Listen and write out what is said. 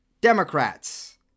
Democrats